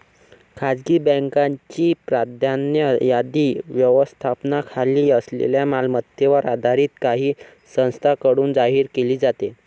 खासगी बँकांची प्राधान्य यादी व्यवस्थापनाखाली असलेल्या मालमत्तेवर आधारित काही संस्थांकडून जाहीर केली जाते